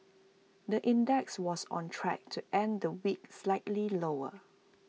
the index was on track to end the week slightly lower